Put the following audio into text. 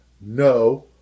No